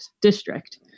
district